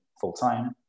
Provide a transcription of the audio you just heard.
full-time